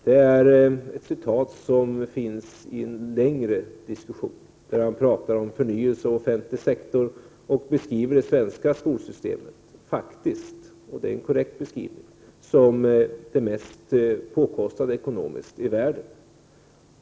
Det är ett citat som finns i en längre diskussion, där han pratar om förnyelse och offentlig sektor och beskriver det svenska skolsystemet faktiskt — och det är en korrekt beskrivning — som det mest ekonomiskt påkostade i världen.